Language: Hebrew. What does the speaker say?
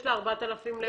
יש לה 4,000 להריון?